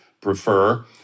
prefer